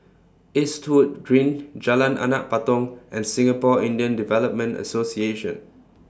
Eastwood Green Jalan Anak Patong and Singapore Indian Development Association